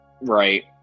right